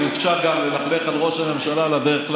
אם אפשר גם ללכלך על ראש הממשלה על הדרך,